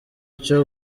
cyo